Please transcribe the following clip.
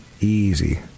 easy